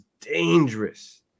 dangerous